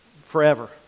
forever